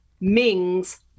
Mings